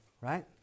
Right